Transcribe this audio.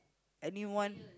anyone